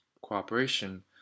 Cooperation